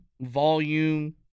volume